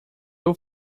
will